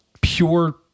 pure